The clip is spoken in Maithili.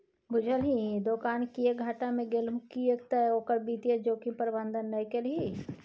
बुझलही दोकान किएक घाटा मे गेलहु किएक तए ओकर वित्तीय जोखिम प्रबंधन नहि केलही